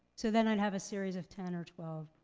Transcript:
so then i'd have a series of ten or twelve,